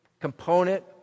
component